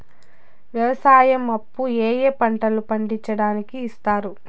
వ్యవసాయం అప్పు ఏ ఏ పంటలు పండించడానికి ఇస్తారు?